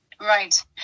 Right